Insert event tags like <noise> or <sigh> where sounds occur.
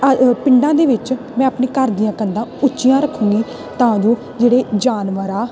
<unintelligible> ਪਿੰਡਾਂ ਦੇ ਵਿੱਚ ਮੈਂ ਆਪਣੇ ਘਰ ਦੀਆਂ ਕੰਧਾਂ ਉੱਚੀਆਂ ਰੱਖਾਂਗੀ ਤਾਂ ਜੋ ਜਿਹੜੇ ਜਾਨਵਰ ਆ